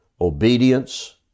Obedience